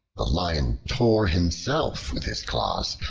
the lion tore himself with his claws,